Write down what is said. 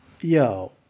Yo